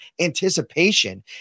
anticipation